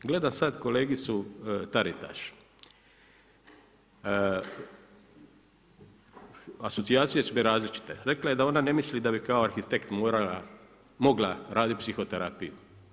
Gledam sad kolegicu Taritaš, asocijacija su različite, rekla je da ona ne misli da bi kao arhitekt mogla raditi psihoterapiju.